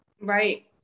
Right